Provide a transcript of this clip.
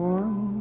one